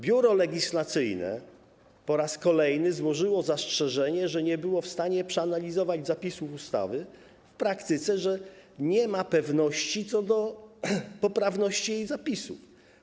Biuro Legislacyjne po raz kolejny złożyło zastrzeżenie, że nie było w stanie przeanalizować zapisów ustawy, w praktyce - że nie ma pewności co do poprawności jej zapisów.